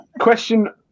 question